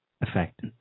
effect